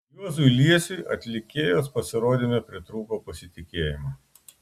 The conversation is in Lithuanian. juozui liesiui atlikėjos pasirodyme pritrūko pasitikėjimo